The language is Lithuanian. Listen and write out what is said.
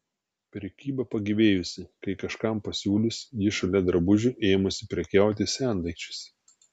prekyba pagyvėjusi kai kažkam pasiūlius ji šalia drabužių ėmusi prekiauti sendaikčiais